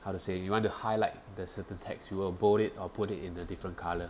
how to say you want to highlight the certain text you will bold it or put it in a different colour